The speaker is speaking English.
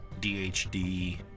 DHD